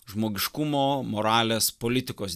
žmogiškumo moralės politikos